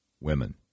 Women